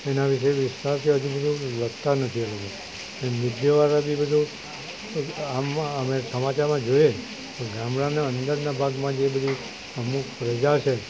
તેના વિષે વિસ્તારથી હજુ બધુ લખતા નથી એટલું બધુ જે મીડિયાવાળા છે એ બધું આમ અમે સમાચારમાં જોઈએ પણ ગામડાના અંદરના ભાગમાં જે બધી અમુક પ્રજા છે